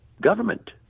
government